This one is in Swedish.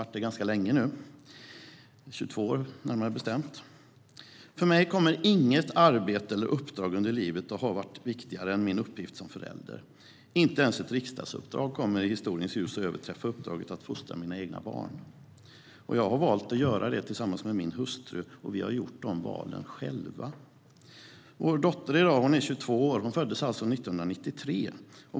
Jag har varit det länge, närmare bestämt 22 år. För mig kommer inget arbete eller uppdrag under livet att ha varit viktigare än min uppgift som förälder. Inte ens ett riksdagsuppdrag kommer i historiens ljus att överträffa uppdraget att fostra mina egna barn. Jag har valt att göra det tillsammans med min hustru, och vi har gjort de valen själva. Vår dotter är i dag 22 år. Hon föddes alltså 1993.